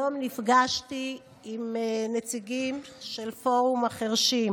היום נפגשתי עם נציגים של פורום החירשים.